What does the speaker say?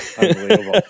Unbelievable